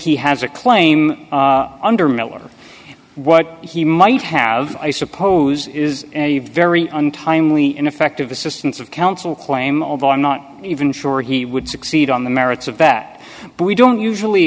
he has a claim under miller what he might have i suppose is a very untimely ineffective assistance of counsel claim although i'm not even sure he would succeed on the merits of that but we don't usually